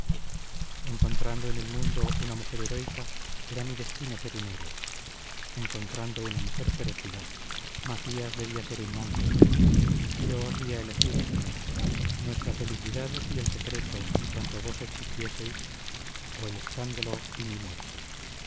encontrando en el mundo una mujer heroica era mi destino ser un héroe encontrando una mujer pérfida macías debía ser un monstruo yo os di a elegir señora nuestra felicidad y el secreto y cuanto vos exigieseis o el escándalo y mi muerte